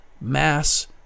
mass